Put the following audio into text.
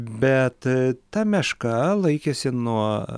bet ta meška laikėsi nuo